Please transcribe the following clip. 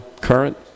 current